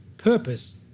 purpose